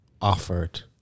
offered